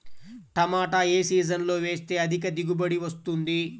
టమాటా ఏ సీజన్లో వేస్తే అధిక దిగుబడి వస్తుంది?